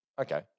okay